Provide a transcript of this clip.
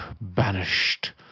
banished